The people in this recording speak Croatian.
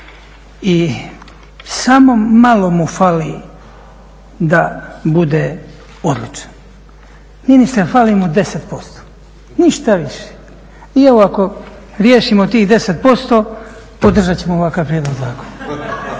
i samo malo mu fali da bude odličan. Ministre, fali mu 10%, ništa više. I ovo ako riješimo tih 10% podržat ćemo ovakav prijedlog